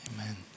Amen